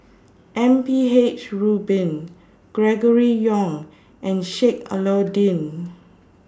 M P H Rubin Gregory Yong and Sheik Alau'ddin